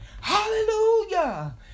hallelujah